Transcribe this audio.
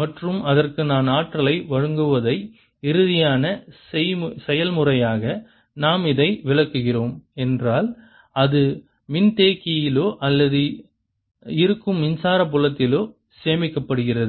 மற்றும் அதற்கு நான் ஆற்றலை வழங்குவதை இறுதியான செயல்முறையாக நாம் இதை விளக்குகிறோம் என்றால் அது மின்தேக்கியிலோ அல்லது இருக்கும் மின்சார புலத்திலோ சேமிக்கப்படுகிறது